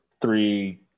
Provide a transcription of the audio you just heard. three